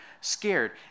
scared